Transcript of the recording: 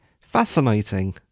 fascinating